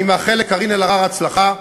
אני מאחל לקארין אלהרר הצלחה,